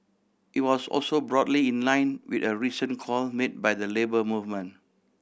it was also broadly in line with a recent call made by the Labour Movement